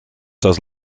does